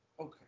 Okay